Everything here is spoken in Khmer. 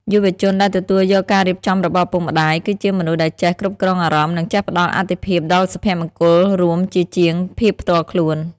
យុវជនដែលទទួលយកការរៀបចំរបស់ឪពុកម្ដាយ គឺជាមនុស្សដែលចេះ "គ្រប់គ្រងអារម្មណ៍" និងចេះផ្ដល់អាទិភាពដល់សុភមង្គលរួមជាជាងភាពផ្ទាល់ខ្លួន។